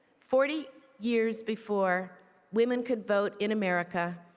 forty years before women could vote in america,